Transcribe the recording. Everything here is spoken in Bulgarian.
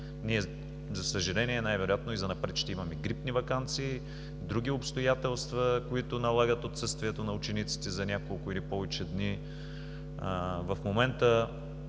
Ние, за съжаление, най-вероятно и занапред ще имаме грипни ваканции и други обстоятелства, които налагат отсъствието на учениците за няколко или повече дни. В момента